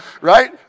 Right